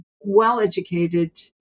well-educated